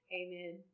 amen